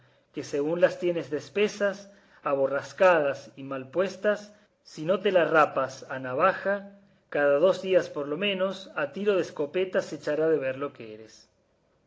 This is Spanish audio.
que según las tienes de espesas aborrascadas y mal puestas si no te las rapas a navaja cada dos días por lo menos a tiro de escopeta se echará de ver lo que eres